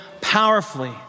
powerfully